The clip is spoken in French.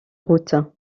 route